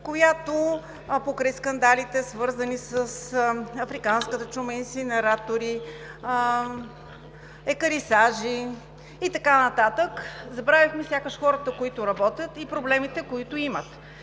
– покрай скандалите, свързани с африканската чума, инсинератори, екарисажи и така нататък, забравихме сякаш хората, които работят, и проблемите, които имат.